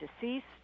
deceased